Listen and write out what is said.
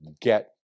get